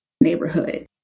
neighborhood